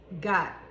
got